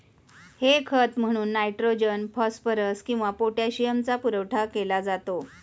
हे खत म्हणून नायट्रोजन, फॉस्फरस किंवा पोटॅशियमचा पुरवठा केला जातो